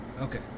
Okay